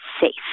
safe